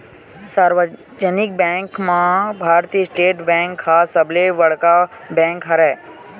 सार्वजनिक बेंक म Bharatiya State Bank ह सबले बड़का बेंक हरय